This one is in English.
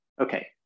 okay